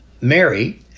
Mary